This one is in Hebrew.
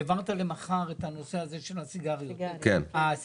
והעברת למחר את הנושא הזה של הסיגריות האלקטרוניות.